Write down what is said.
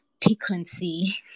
piquancy